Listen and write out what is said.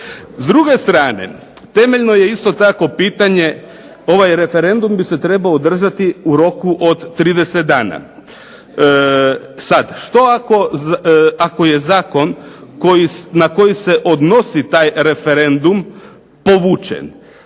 S druge strane, temeljno je isto tako pitanje, ovaj referendum bi se trebao održati u roku od 30 dana. Sad, što ako je zakon na koji se odnosi na taj referendum povučen?